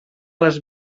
les